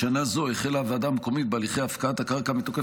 בשנה זו החלה הוועדה המקומית בהליכי הפקעת הקרקע מתוקף